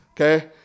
Okay